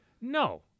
No